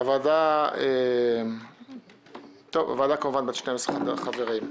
הוועדה בת 12 חברים.